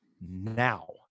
now